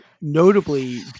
notably